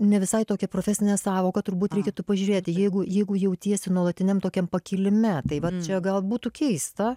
ne visai tokia profesinė sąvoka turbūt reikėtų pažiūrėti jeigu jeigu jautiesi nuolatiniam tokiam pakilime tai vat čia gal būtų keista